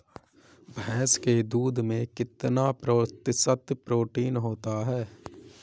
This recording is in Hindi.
भैंस के दूध में कितना प्रतिशत प्रोटीन होता है?